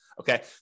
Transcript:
Okay